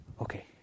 Okay